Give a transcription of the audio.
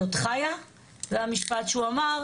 היא עוד חיה?' זה המשפט שהוא אמר,